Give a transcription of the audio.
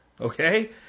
Okay